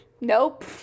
Nope